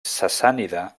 sassànida